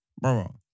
bro